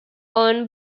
owned